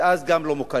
וגם אז הם לא מוכרים.